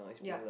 ya